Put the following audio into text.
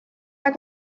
pas